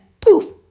poof